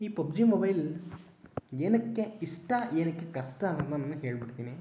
ಈ PUBG mobile ಏನಕ್ಕೆ ಇಷ್ಟ ಏನಕ್ಕೆ ಕಷ್ಟ ಅನ್ನೋದ್ನ ನಿಮಗ್ ಹೇಳಿಬಿಡ್ತೀನಿ